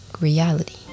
reality